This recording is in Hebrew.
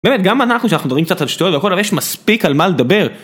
באמת, גם אנחנו שאנחנו דברים קצת על שטויות והכל, אבל יש מספיק מה לדבר.